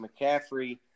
McCaffrey